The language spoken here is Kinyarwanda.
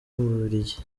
bubiligi